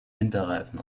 winterreifen